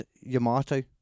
Yamato